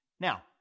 Now